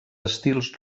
estils